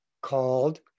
called